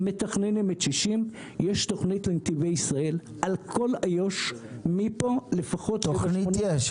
מתכננים את 60. יש תוכנית לנתיבי ישראל על כל איו"ש --- תוכנית יש,